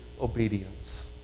obedience